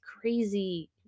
crazy